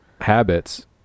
habits